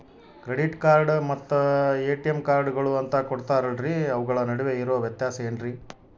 Credit card ಮತ್ತ ATM ಕಾರ್ಡುಗಳು ಅಂತಾ ಕೊಡುತ್ತಾರಲ್ರಿ ಅವುಗಳ ನಡುವೆ ಇರೋ ವ್ಯತ್ಯಾಸ ಏನ್ರಿ?